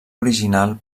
original